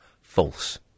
False